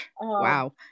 Wow